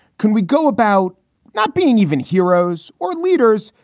can we go about not being even heroes or leaders.